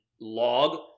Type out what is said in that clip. log